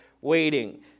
waiting